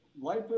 life